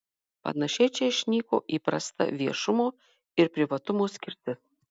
panašiai čia išnyko įprasta viešumo ir privatumo skirtis